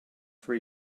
for